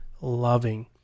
loving